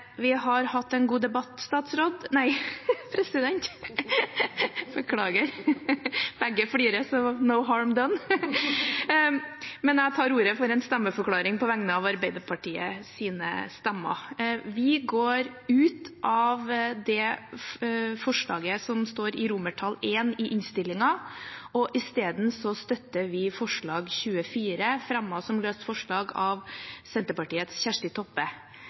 Vi har hatt en god debatt. Jeg tar ordet til en stemmeforklaring på vegne av Arbeiderpartiets stemmer. Vi går ut av det forslaget som står i I i innstillingen, og støtter i stedet forslag nr. 24, fremmet som et løst forslag av Senterpartiets Kjersti Toppe.